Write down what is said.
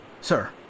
Sir